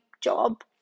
job